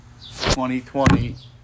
2020